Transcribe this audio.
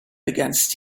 against